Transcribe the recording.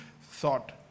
thought